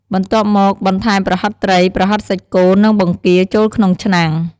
បន្ទាប់មក បន្ថែម ប្រហិតត្រី ប្រហិតសាច់គោ និង បង្គា ចូលក្នុងឆ្នាំង។